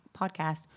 podcast